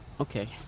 okay